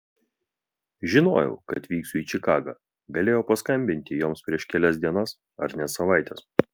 žinojau kad vyksiu į čikagą galėjau paskambinti joms prieš kelias dienas ar net savaites